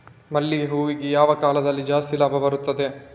ಮಲ್ಲಿಗೆ ಹೂವಿಗೆ ಯಾವ ಕಾಲದಲ್ಲಿ ಜಾಸ್ತಿ ಲಾಭ ಬರುತ್ತದೆ?